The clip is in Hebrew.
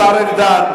השר ארדן.